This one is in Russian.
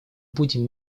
будем